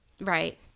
right